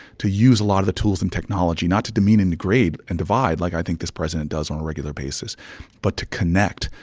to use a lot of the tools and technology, not to demean and degrade and divide like, i think, this president does on a regular basis but to connect,